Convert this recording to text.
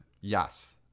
Yes